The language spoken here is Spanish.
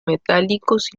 metálicos